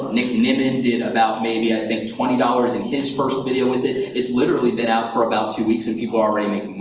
nick nimmin did about, maybe, i think, twenty dollars in his first video with it. it's literally been out for about two weeks and people are already making